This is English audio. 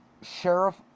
sheriff